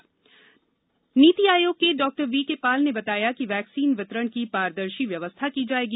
vaccine वितरण नीति आयोग के डॉ वीके पाल ने बताया कि वैक्सीन वितरण की पारदर्शी व्यवस्था की जाएगी